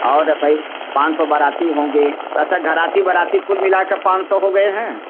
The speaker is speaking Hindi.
और भई पाँच सौ बाराती होंगे अच्छा घराती बाराती कुल मिलाकर पाँच सौ हो गए हैं